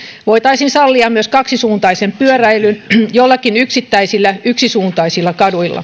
voitaisiin sallia myös kaksisuuntainen pyöräily joillakin yksittäisillä yksisuuntaisilla kaduilla pyöräilijöitä